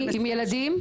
עם ילדים?